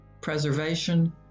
preservation